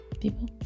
people